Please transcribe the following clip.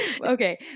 Okay